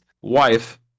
wife